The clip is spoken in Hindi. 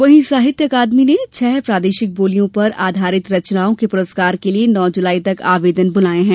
वहीं साहित्य अकादमी ने छह प्रार्देशिक बोलियों पर आधारित रचनाओं के पुरस्कार के लिए नौ जुलाई तक आवेदन बुलाये हैं